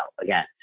Again